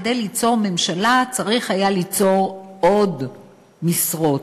כדי ליצור ממשלה צריך היה ליצור עוד משרות.